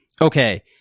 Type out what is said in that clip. Okay